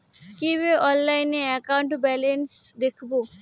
কিভাবে অনলাইনে account balance দেখবো?